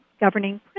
governing